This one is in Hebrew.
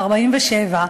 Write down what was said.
ב-1947,